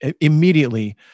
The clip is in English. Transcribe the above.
immediately